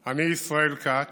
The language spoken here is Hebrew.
אני, ישראל כץ,